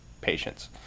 patients